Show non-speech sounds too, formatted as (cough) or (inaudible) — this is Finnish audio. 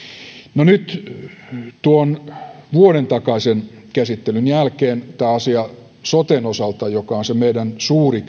no nyt tuon vuoden takaisen käsittelyn jälkeen tämä asia soten osalta joka on se meidän suuri (unintelligible)